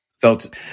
felt